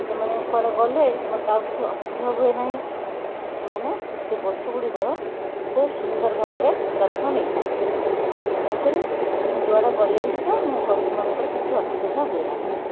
ସେମାନେ କୁଆଡ଼େ ଗଲେ ମୋତେ ଆଉ କିଛି ଅସୁବିଧା ହୁଏ ନାହିଁ ସେମାନେ ସେ ଗଛ ଗୁଡ଼ିକର ଖୁବ୍ ସୁନ୍ଦର ଭାବରେ ଯତ୍ନ ନେଇଥାନ୍ତି ତେଣୁ କରି ମୁଁ ଯୁଆଡ଼େ ଗଲେ ବି ସୁଦ୍ଧା ମୁଁ ଗଛ ମାନଙ୍କର କିଛି ଅସୁବିଧା ହୁଏ ନାହିଁ